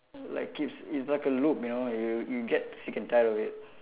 like it's it's like a loop you know you you get sick and tired of it